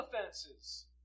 offenses